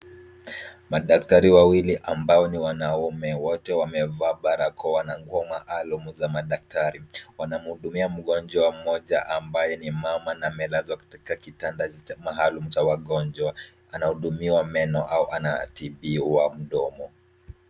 Madaktari wawili ambao ni wanaume, wote wamevaa barakoa na nguo maalum za madaktari. Wanamhudimia mgonjwa mmoja ambaye ni mama na amelazwa katika kitanda maalum cha wagonjwa. Anahudimiwa meno au anatibiwa mdomo.